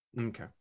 Okay